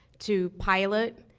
to pilot,